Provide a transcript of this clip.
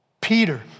Peter